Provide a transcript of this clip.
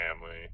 family